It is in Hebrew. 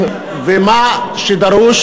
מה שדרוש